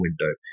window